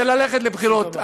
זה ללכת לבחירות.